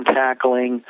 tackling